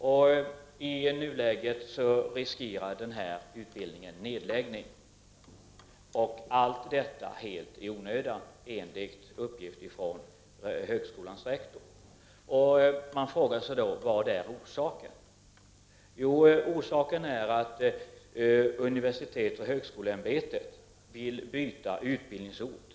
Men i nuläget finns risken enligt uppgifter från högskolans rektor att utbildningen läggs ned helt i onödan. Man frågar sig: Vad är då orsaken? Jo, orsaken är att universitetsoch högskoleämbetet vill flytta utbildningen till annan ort.